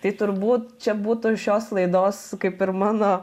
tai turbūt čia būtų šios laidos kaip ir mano